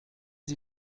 sie